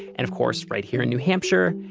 and of course right here in new hampshire.